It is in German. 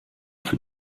für